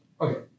Okay